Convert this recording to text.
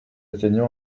atteignons